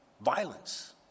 Violence